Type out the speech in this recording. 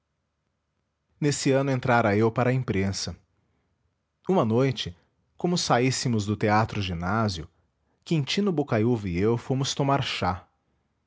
nesse ano entrara eu para a imprensa uma noite como saíssemos do teatro ginásio quintino bocaiúva e eu fomos tomar chá